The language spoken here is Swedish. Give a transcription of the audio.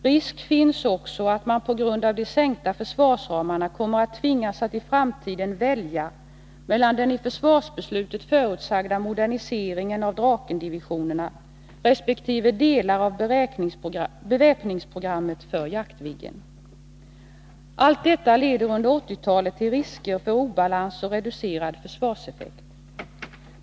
Risk finns också att man på grund av de sänkta försvarsramarna kommer att tvingas att i framtiden välja mellan den i försvarsbeslutet förutsagda moderniseringen av Drakendivisionerna resp. delar av beväpningsprogrammet för Jaktviggen. Allt detta leder under 1980-talet till risk för obalans och reducerad försvarseffekt.